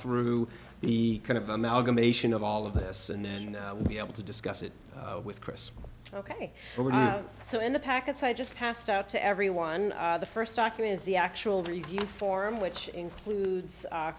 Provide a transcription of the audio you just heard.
through the kind of amalgamation of all of this and then we'll be able to discuss it with chris ok so in the packets i just passed out to everyone the st document is the actual review form which includes